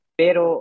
pero